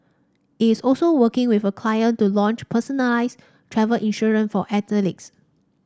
it's also working with a client to launch personalised travel insurance for athletes